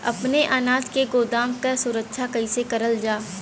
अपने अनाज के गोदाम क सुरक्षा कइसे करल जा?